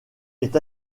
est